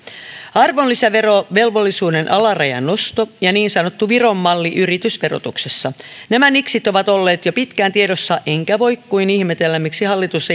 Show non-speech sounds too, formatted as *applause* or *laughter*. arvonlisäverovelvollisuuden alarajan nosto ja niin sanottu viron malli yritysverotuksessa nämä niksit ovat olleet jo pitkään tiedossa enkä voi kuin ihmetellä miksi hallitus *unintelligible*